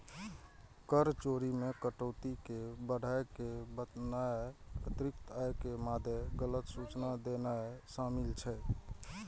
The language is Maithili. कर चोरी मे कटौती कें बढ़ाय के बतेनाय, अतिरिक्त आय के मादे गलत सूचना देनाय शामिल छै